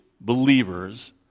believers